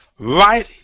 Right